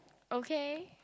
okay